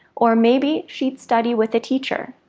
or maybe she'd study with a teacher.